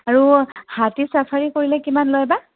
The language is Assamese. আৰু হাতী চাফাৰী কৰিলে কিমান লয় বা